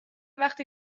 وقتی